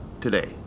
today